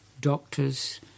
doctors